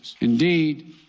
Indeed